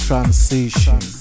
Transition